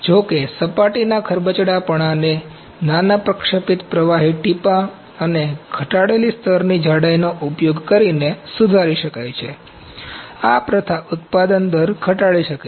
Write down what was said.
જો કે સપાટીના ખરબચડાપણાને નાના પ્રક્ષેપિત પ્રવાહી ટીપાં અને ઘટાડેલી સ્તરની જાડાઈનો ઉપયોગ કરીને સુધારી શકાય છે આ પ્રથા ઉત્પાદન દર ઘટાડી શકે છે